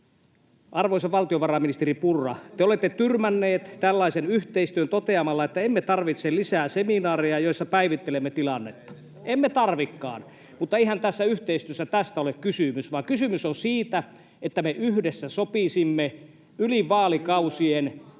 Arvoisa valtiovarainministeri Purra, te olette tyrmännyt tällaisen yhteistyön toteamalla, että ”emme tarvitse lisää seminaareja, joissa päivittelemme tilannetta”. Emme tarvitsekaan, mutta eihän tässä yhteistyössä tästä ole kysymys, vaan kysymys on siitä, että me yhdessä sopisimme yli vaalikausien